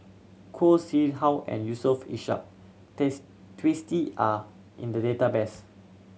Khoo Seow Hwa Yusof Ishak Twisstii are in the database